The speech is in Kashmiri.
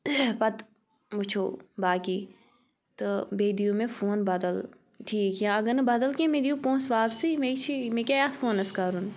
پَتہٕ وُچھو باقٕے تہٕ بیٚیہِ دِیو مےٚ فون بدل ٹھیٖک یا اگر نہٕ بدل کیٚنٛہہ مےٚ دِیِو پۅنٛسہٕ واپسٕے مےٚ چھِ مےٚ کیٛاہ اَتھ فونَس کَرُن